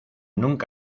nunca